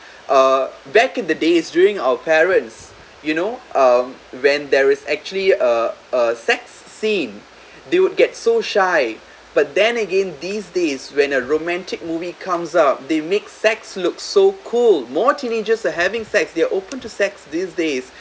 uh back in the days during our parents you know um when there is actually a a sex scene they would get so shy but then again these days when a romantic movie comes out they make sex looks so cool more teenagers are having sex they're open to sex these days